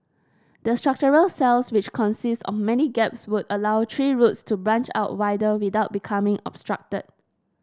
the structural cells which consist of many gaps would allow tree roots to branch out wider without becoming obstructed